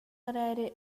эрээри